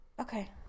Okay